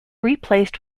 replaced